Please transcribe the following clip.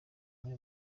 umwe